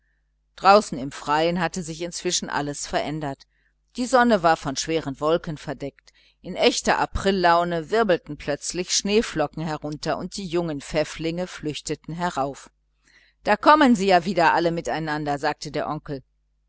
draußen im freien hatte sich inzwischen alles verändert die sonne war von schweren wolken verdeckt worden in echter aprillaune wirbelten plötzlich schneeflocken herunter und die jungen pfäfflinge flüchteten herauf da kommen sie ja wieder alle miteinander sagte der onkel